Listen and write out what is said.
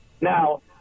Now